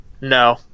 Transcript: no